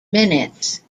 minutes